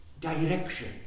direction